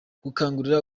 gukangurira